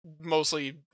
mostly